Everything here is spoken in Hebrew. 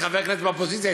כחבר כנסת מהאופוזיציה,